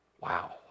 Wow